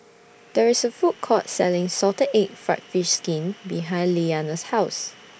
There IS A Food Court Selling Salted Egg Fried Fish Skin behind Leanna's House